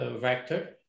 vector